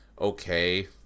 okay